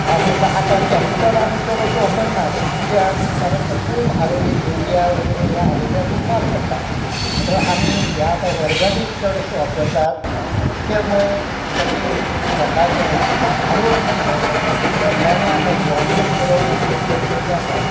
आनीक आतां कॅमिकल आमी चड अशें वापरनात कित्याक कारण तें खूब आरोग्य युरिया वगेरे हें आरोग्याक खूब माल पडटा म्हणटर आमी हें आतां ऑर्गनीक चड अशें वापरतात त्या मुळे सगळें लोकांचें आरोग्य सुदरतालें म्हणून सगळ्यांनी आतां जिवामृत करप हें खूब गरजेचें आसा